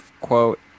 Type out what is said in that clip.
quote